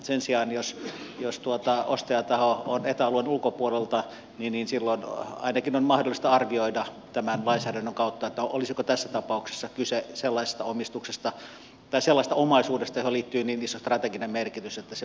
sen sijaan jos ostajataho on eta alueen ulkopuolelta niin silloin ainakin on mahdollista arvioida tämän lainsäädännön kautta olisiko tässä tapauksessa kyse sellaisesta omaisuudesta johon liittyy niin iso strateginen merkitys että se